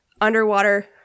underwater